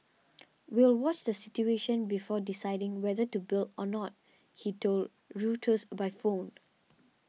we'll watch the situation before deciding whether to build or not he told Reuters by phone